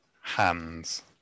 hands